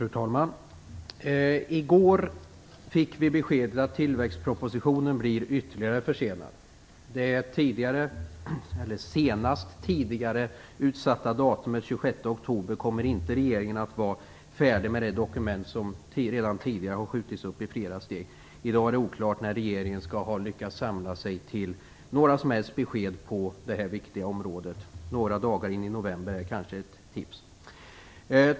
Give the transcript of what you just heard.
Fru talman! I går fick vi beskedet att tillväxtpropositionen blir ytterligare försenad. Vid det senast utsatta datumet den 26 oktober kommer regeringen inte att vara färdig med det dokument som redan tidigare har skjutits upp i flera steg. I dag är det oklart när regeringen kommer att ha lyckats samla sig till några besked på det här viktiga området. Några dagar in i november är kanske ett tips.